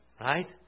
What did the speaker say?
right